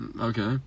Okay